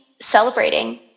celebrating